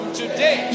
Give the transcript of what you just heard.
today